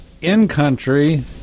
in-country